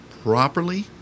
properly